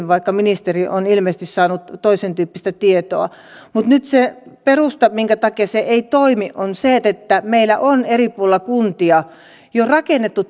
vaikka ministeri on ilmeisesti saanut toisentyyppistä tietoa nyt se perusta minkä takia se ei toimi on se että meillä on eri puolilla kuntia jo rakennettu